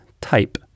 type